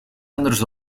anders